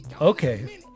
Okay